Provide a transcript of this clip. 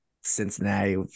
Cincinnati